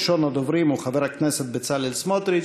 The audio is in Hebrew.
ראשון הדוברים הוא חבר הכנסת בצלאל סמוטריץ.